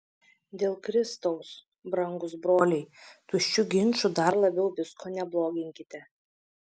dėl kristaus brangūs broliai tuščiu ginču dar labiau visko nebloginkite